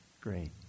Great